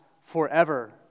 forever